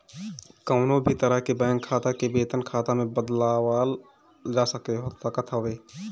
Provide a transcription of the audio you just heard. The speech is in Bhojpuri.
कवनो भी तरह के बैंक खाता के वेतन खाता में बदलवावल जा सकत हवे